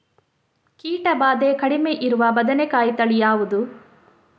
ಕೀಟ ಭಾದೆ ಕಡಿಮೆ ಇರುವ ಬದನೆಕಾಯಿ ತಳಿ ಯಾವುದು?